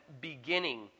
beginning